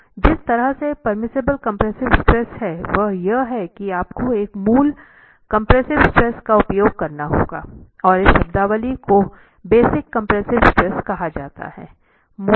तो जिस तरह से परमिसिबल कम्प्रेसिव स्ट्रेस है वह यह है कि आपको एक मूल कंप्रेसिव स्ट्रेस का उपयोग करना होगा और इस शब्दावली को बेसिक कंप्रेसिव स्ट्रेस कहा जाता है